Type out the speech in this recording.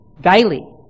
daily